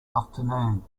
afternoon